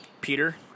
Peter